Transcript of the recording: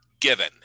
Given